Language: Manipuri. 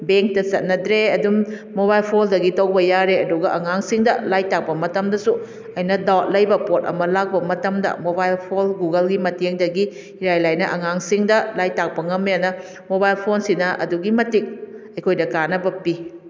ꯕꯦꯡꯇ ꯆꯠꯅꯗ꯭ꯔꯦ ꯑꯗꯨꯝ ꯃꯣꯕꯥꯏꯜ ꯐꯣꯟꯗꯒꯤ ꯇꯧꯕ ꯌꯥꯔꯦ ꯑꯗꯨꯒ ꯑꯉꯥꯡꯁꯤꯡꯗ ꯂꯥꯏꯔꯤꯛ ꯇꯥꯛꯄ ꯃꯇꯝꯗꯁꯨ ꯑꯩꯅ ꯗꯥꯎꯠ ꯂꯩꯕ ꯄꯣꯠ ꯑꯃ ꯂꯥꯛꯄ ꯃꯇꯝꯗ ꯃꯣꯕꯥꯏꯜ ꯐꯣꯟ ꯒꯨꯒꯜꯒꯤ ꯃꯇꯦꯡꯗꯒꯤ ꯏꯔꯥꯏ ꯂꯥꯏꯅ ꯑꯉꯥꯡꯁꯤꯡꯗ ꯂꯥꯏꯔꯤꯛ ꯇꯥꯛꯄ ꯉꯝꯃꯦꯅ ꯃꯣꯕꯥꯏꯜ ꯐꯣꯟꯁꯤꯅ ꯑꯗꯨꯛꯀꯤ ꯃꯇꯤꯛ ꯑꯩꯈꯣꯏꯗ ꯀꯥꯟꯅꯕ ꯄꯤ